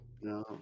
No